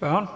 Dragsted